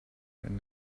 right